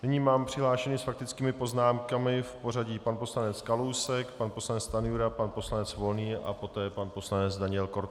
Nyní mám přihlášené s faktickými poznámkami v pořadí pan poslanec Kalousek, pan poslanec Stanjura, pan poslanec Volný a poté pan poslanec Daniel Korte.